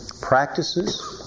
practices